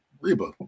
Reba